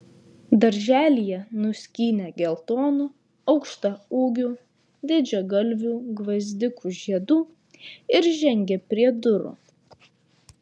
darželyje nuskynė geltonų aukštaūgių didžiagalvių gvazdikų žiedų ir žengė prie durų